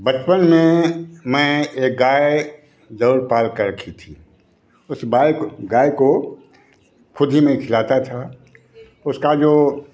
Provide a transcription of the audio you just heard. बचपन में मैं एक गाय जरूर पाल कर राखी थी उस बाई गाय को खुद ही मैं खिलाता था उसका जो